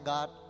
God